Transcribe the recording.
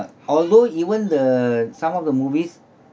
although even the some of the movies